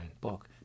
book